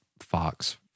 Fox